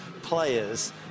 players